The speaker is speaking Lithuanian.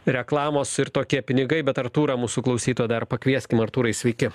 reklamos ir tokie pinigai bet artūrą mūsų klausytą dar pakvieskim artūrai sveiki